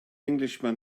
englishman